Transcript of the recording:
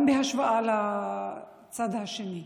גם בהשוואה לצד השני.